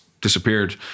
disappeared